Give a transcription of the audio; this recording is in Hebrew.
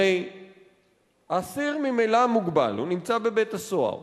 הרי האסיר ממילא מוגבל, הוא נמצא בבית-הסוהר